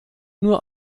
nur